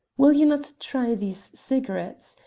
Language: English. will you not try these cigarettes?